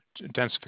densification